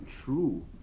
true